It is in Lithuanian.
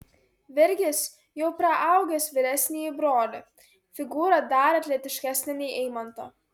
virgis jau praaugęs vyresnįjį brolį figūra dar atletiškesnė nei eimanto